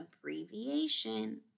abbreviation